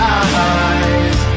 eyes